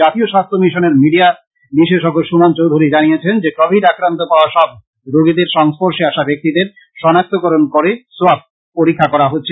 জাতীয় স্বাস্থ্য মিশনের মিডিয়া বিশেষজ্ঞ সুমন চৌধুরী জানান যে কোবিড আক্রান্ত পাওয়া সব রোগীদের সংর্স্পশে আসা ব্যাক্তিদের শনাক্তকরন করে সোয়াব পরীক্ষা করা হচ্ছে